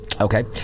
Okay